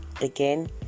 again